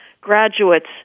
graduates